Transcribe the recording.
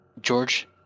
George